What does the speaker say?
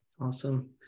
Awesome